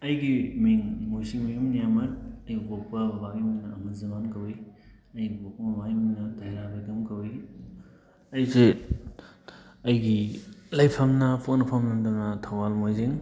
ꯑꯩꯒꯤ ꯃꯤꯝ ꯃꯣꯁꯤꯃꯌꯨꯝ ꯑꯌꯥꯃꯠ ꯑꯩꯕꯨ ꯄꯣꯛꯄ ꯕꯕꯥꯒꯤ ꯃꯤꯡꯅ ꯑꯃꯨ ꯖꯂꯥꯜ ꯀꯧꯋꯤ ꯑꯩꯕꯨ ꯄꯣꯛꯄ ꯃꯃꯥꯒꯤ ꯃꯤꯡꯅ ꯗꯩꯔꯥ ꯕꯦꯒꯝ ꯀꯧꯋꯤ ꯑꯩꯁꯦ ꯑꯩꯒꯤ ꯂꯩꯐꯝꯅ ꯄꯣꯛꯅꯐꯝ ꯂꯝꯗꯝꯅ ꯊꯧꯕꯥꯜ ꯃꯣꯏꯖꯤꯡ